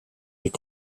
est